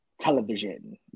television